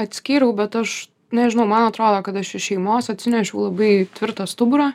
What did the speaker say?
atskyriau bet aš nežinau man atrodo kad aš iš šeimos atsinešiau labai tvirtą stuburą